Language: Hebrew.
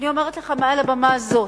אני אומרת לך מעל במה זאת: